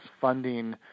funding